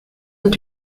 und